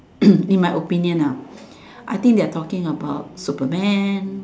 in my opinion ah I think they're talking about Superman